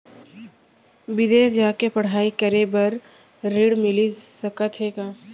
बिदेस जाके पढ़ई करे बर ऋण मिलिस सकत हे का?